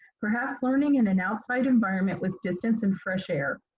perhaps learning in an outside environment with distance and fresh air.